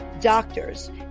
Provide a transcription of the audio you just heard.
doctors